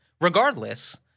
regardless